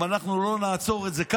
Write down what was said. זה האיש שאתם תומכים בו?